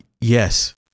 Yes